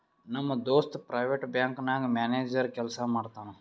ನಮ್ ದೋಸ್ತ private bank ನಾಗ್ ಮ್ಯಾನೇಜರ್ ಕೆಲ್ಸಾ ಮಾಡ್ತಾನ್